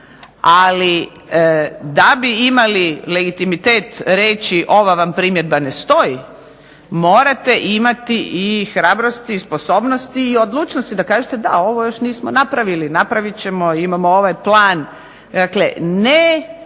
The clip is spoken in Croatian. Ali da bi imali legitimitet reći ova vam primjedba ne stoji, morate imati i hrabrosti i sposobnosti i odlučnosti da kažete, da ovo još nismo napravili, napravit ćemo imamo ovaj plan. Dakle